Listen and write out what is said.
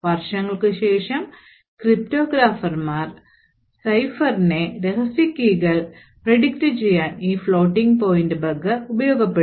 വർഷങ്ങൾക്കുശേഷം ക്രിപ്റ്റോഗ്രാഫർമാർ സൈഫറിന്റെ രഹസ്യ കീകൾ predict ചെയ്യാൻ ഈ ഫ്ലോട്ടിംഗ് പോയിന്റ് ബഗ് ഉപയോഗപ്പെടുത്തി